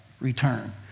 return